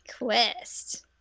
Quest